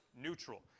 neutral